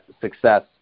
success